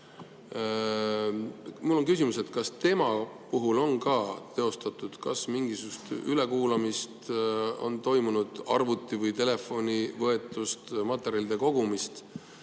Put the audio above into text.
keskmes. Kas tema puhul on ka teostatud mingisugust ülekuulamist, on toimunud arvuti või telefoni võetus, materjalide kogumine?